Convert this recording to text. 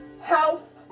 house